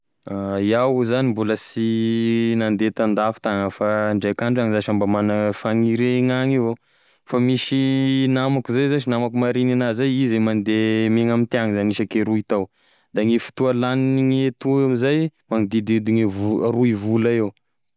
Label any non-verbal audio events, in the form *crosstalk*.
*hesitation* Iaho zany mbola sy nandeha tan-dafy tagny aho, fa ndraika andro zash ah mba magnany fagniria hoa any avao, fa misy namako zay zash namako marigny anah zay izy e mande megna amintiagny zany isake roy tao da gne fotoa lagniny etoa zay magnodidididigny e vol- roy vola eo.